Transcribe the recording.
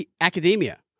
academia